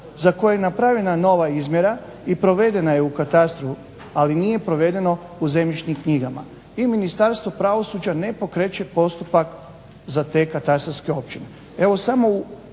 za koje je napravljena nova izmjera i provedena je u katastru, ali nije provedeno u zemljišnim knjigama. I Ministarstvo pravosuđa ne pokreće postupak za te katastarske općine.